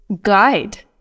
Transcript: guide